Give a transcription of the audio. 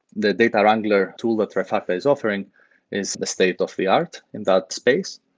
the data wrangler tool that trifecta is offering is the state of the art in that space.